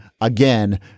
again